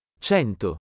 Cento